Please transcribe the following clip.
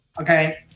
Okay